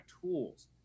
tools